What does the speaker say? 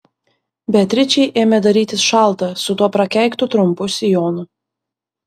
beatričei ėmė darytis šalta su tuo prakeiktu trumpu sijonu